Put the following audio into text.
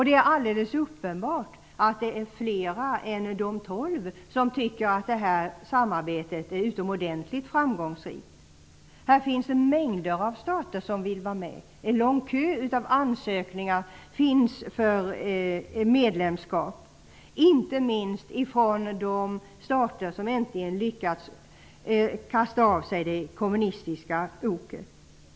Det är alldeles uppenbart att det är flera än de tolv som tycker att det här samarbetet är utomordentligt framgångsrikt. Det är mängder av stater som vill vara med här -- det finns en lång kö av ansökningar om medlemskap, inte minst från de stater som äntligen har lyckats kasta av sig det kommunistiska oket.